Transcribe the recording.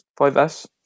5s